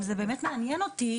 אם זה באמת מעניין אותי,